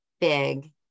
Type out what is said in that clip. big